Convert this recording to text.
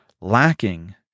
lacking